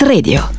Radio